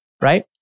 right